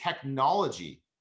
technology